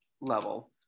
level